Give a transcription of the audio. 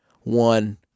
One